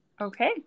Okay